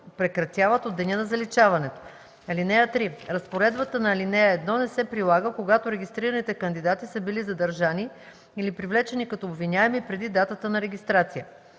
прекратяват от деня на заличаването. (3) Разпоредбата на ал. 1 не се прилага, когато регистрираните кандидати са били задържани или привлечени като обвиняеми преди датата на регистрация.”